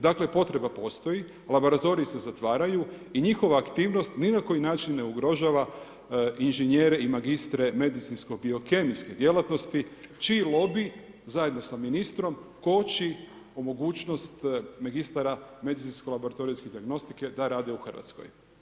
Dakle, potreba postoji, laboratoriji se zatvaraju i njihova aktivnost ni na koji način ne ugrožava inženjere i magistre medicinsko-biokemijske djelatnosti čiji lobiji zajedno sa ministrom koči mogućnost magistara medicinsko laboratorijske dijagnostike da rade u Hrvatskoj.